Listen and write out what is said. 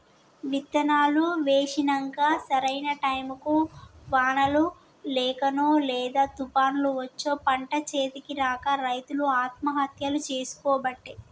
విత్తనాలు వేశినంక సరైన టైముకు వానలు లేకనో లేదా తుపాన్లు వచ్చో పంట చేతికి రాక రైతులు ఆత్మహత్యలు చేసికోబట్టే